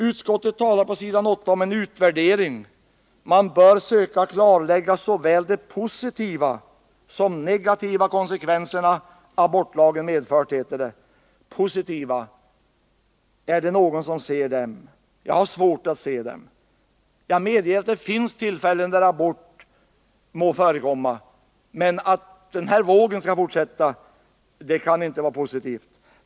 Utskottet talar på s. 8 om en utvärdering, varvid man bör söka klarlägga ”såväl de positiva som de negativa konsekvenser abortlagen medfört”. Positiva? Är det någon som ser dem? Jag har svårt att göra det. Jag medger att det finns tillfällen när abort må förekomma, men att den nuvarande vågen fortsätter kan inte vara positivt.